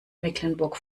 mecklenburg